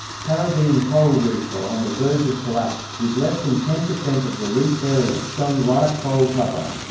caribbean coral reefs are on the verge of collapse, with less than ten percent of the reef area showing live coral cover.